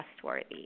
trustworthy